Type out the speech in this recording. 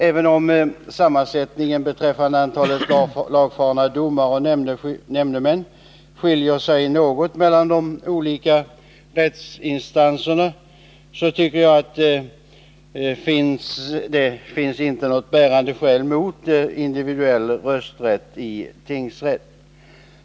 Även om sammansättningen beträffande antalet lagfarna domare och nämndemän skiljer sig något mellan de olika rättsinstanserna, tycker jag inte att det finns några bärande skäl mot individuell rösträtt i tingsrätt.